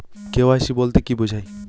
KYC বলতে কি বোঝায়?